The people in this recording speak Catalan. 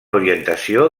orientació